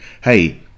hey